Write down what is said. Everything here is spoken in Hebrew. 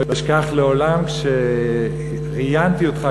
לא אשכח לעולם שכשראיינתי אותך,